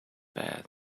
bed